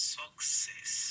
success